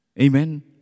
Amen